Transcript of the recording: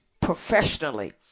professionally